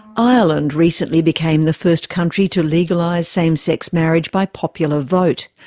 ireland recently became the first country to legalise same-sex marriage by popular vote.